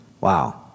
Wow